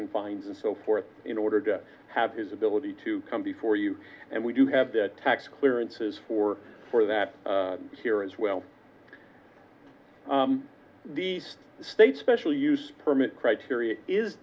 and fines and so forth in order to have his ability to come before you and we do have the tax clearances for for that here as well these states special use permit criteria is